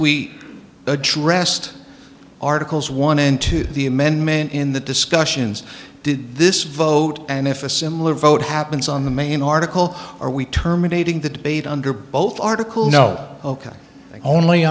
we addressed articles one into the amendment in the discussions did this vote and if a similar vote happens on the main article are we terminating the debate under both article no o